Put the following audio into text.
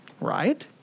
Right